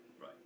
right